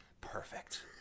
perfect